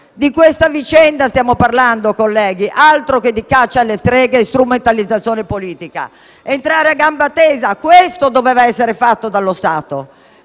Di questa vicenda stiamo parlando, colleghi, altro che di caccia alle streghe e strumentalizzazione politica. Entrare a gamba tesa: questo doveva essere fatto dallo Stato.